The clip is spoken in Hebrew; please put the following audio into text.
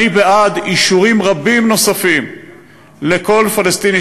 אני בעד אישורים רבים נוספים לכל פלסטיני